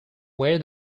where